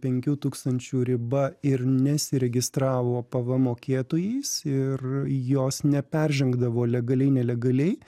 penkių tūkstančių riba ir nesiregistravo pvm mokėtojais ir jos neperžengdavo legaliai nelegaliai